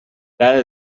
that